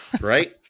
right